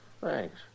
Thanks